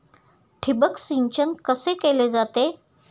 ठिबक सिंचन कसे केले जाते?